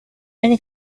many